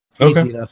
Okay